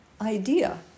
idea